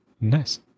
nice